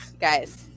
Guys